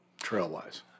Trail-wise